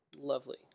Lovely